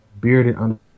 bearded